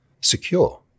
secure